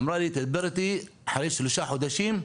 אמרה לי לדבר איתה אחרי שלושה חודשים,